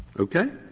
okay?